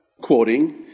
quoting